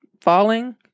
falling